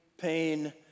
Pain